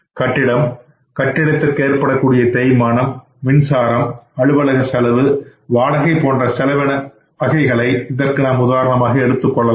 கட்டிடம் கட்டிடத்திற்கு ஏற்படும் தேய்மானம் மின்சாரம் அலுவலக செலவு வாடகை போன்ற செலவின வகைகள் இதற்கு உதாரணமாக எடுத்துக்கொள்ளலாம்